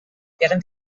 während